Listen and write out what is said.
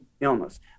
illness